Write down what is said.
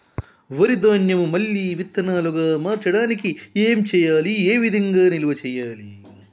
వరి ధాన్యము మళ్ళీ విత్తనాలు గా మార్చడానికి ఏం చేయాలి ఏ విధంగా నిల్వ చేయాలి?